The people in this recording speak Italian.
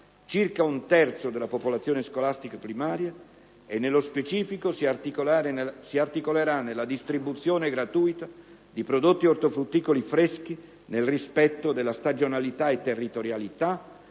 (circa un terzo della popolazione scolastica primaria) e, nello specifico, si articolerà nella distribuzione gratuita di prodotti ortofrutticoli freschi, nel rispetto della stagionalità e territorialità,